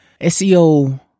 seo